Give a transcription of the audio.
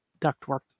ductwork